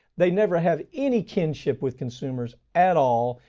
they never have any kinship with consumers at all.